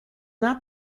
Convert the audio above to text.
now